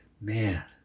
man